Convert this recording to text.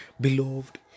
Beloved